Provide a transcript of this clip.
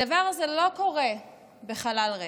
הדבר הזה לא קורה בחלל ריק,